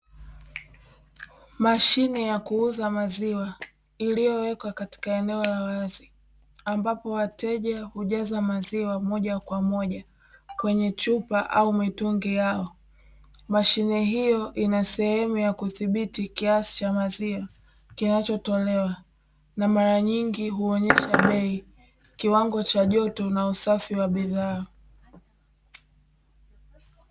Mashine ya kuuza maziwa iliyowekwa katika eneo la wazi, ambapo wateja hujaza maziwa moja kwa moja kwenye chupa au mitungi yao. Mashine hiyo ina sehemu ya kudhibiti kiasi cha maziwa kinachotolewa na mara nyingi huonyesha bei, kiwango cha joto na usafi wa bidhaa.